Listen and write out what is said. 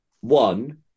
One